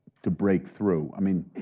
to break through. i mean